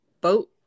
boat